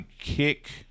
kick